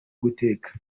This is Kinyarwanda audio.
guteka